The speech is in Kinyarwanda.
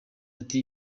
ati